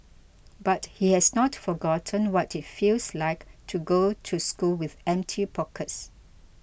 but he has not forgotten what it feels like to go to school with empty pockets